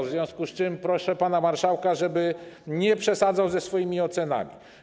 W związku z tym proszę pana marszałka, żeby nie przesadzał ze swoimi ocenami.